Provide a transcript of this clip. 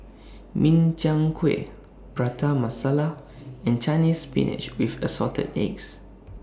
Min Chiang Kueh Prata Masala and Chinese Spinach with Assorted Eggs